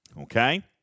Okay